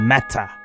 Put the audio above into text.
Matter